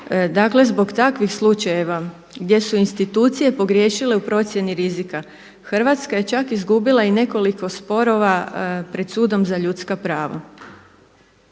Dakle zbog takvih slučajeva gdje su institucije pogriješile u procjeni rizika, Hrvatska je čak izgubila i nekoliko sporova pred Sudom za ljudska prava.